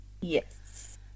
Yes